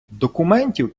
документів